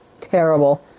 terrible